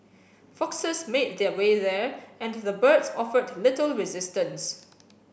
foxes made their way there and the birds offered little resistance